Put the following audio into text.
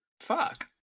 fuck